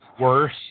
worse